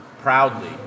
proudly